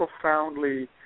profoundly